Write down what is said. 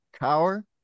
Cower